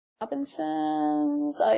Robinson's